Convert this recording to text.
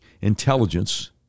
intelligence